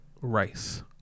rice